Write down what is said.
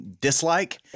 dislike